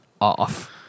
off